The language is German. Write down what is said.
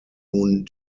nun